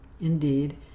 Indeed